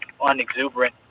unexuberant